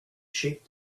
sheep